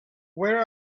where